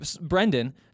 Brendan